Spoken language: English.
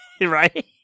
Right